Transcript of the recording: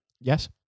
yes